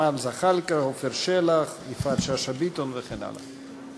ג'מאל זחאלקה, עפר שלח, יפעת שאשא ביטון וכן הלאה.